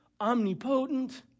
omnipotent